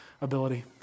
ability